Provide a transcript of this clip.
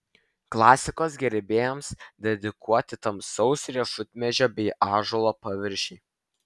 klasikos gerbėjams dedikuoti tamsaus riešutmedžio bei ąžuolo paviršiai